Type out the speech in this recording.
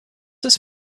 ist